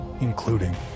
including